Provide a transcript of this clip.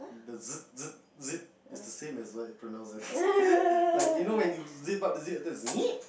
the z~ z~ zip is the same as like you pronounce it like you know when you sip up the zip after then it like zip